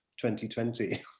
2020